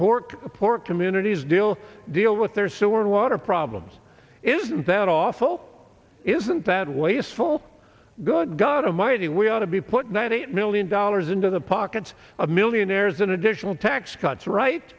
pork poor communities deal deal with their sewer water problems isn't that awful isn't that wasteful good god almighty we ought to be put that eight million dollars into the pockets of millionaires in additional tax cuts right